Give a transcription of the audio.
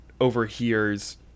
overhears